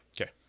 Okay